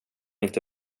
inte